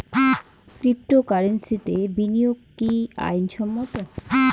ক্রিপ্টোকারেন্সিতে বিনিয়োগ কি আইন সম্মত?